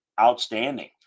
outstanding